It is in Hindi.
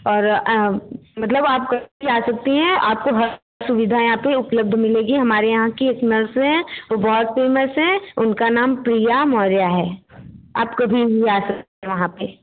और मतलब आप कभी भी आ सकती हैं आपको सुविधा है यहाँ पर उपलब्ध मिलेगी हमारे यहाँ की एक नर्स हैं वह बहुत फ़ेमस है उनका नाम प्रिया मौर्या है आप कभी भी आ सक यहाँ पे